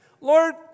Lord